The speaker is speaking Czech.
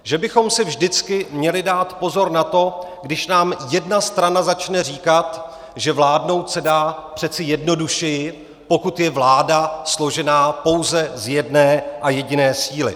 Že bychom si vždycky měli dát pozor na to, když nám jedna strana začne říkat, že vládnout se dá přece jednodušeji, pokud je vláda složená pouze z jedné a jediné síly.